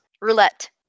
Roulette